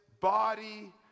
body